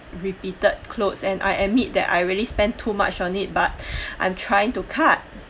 repeated clothes and I admit that I already spent too much on it but I am trying to cut